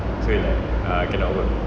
so we like uh cannot work